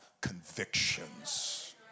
convictions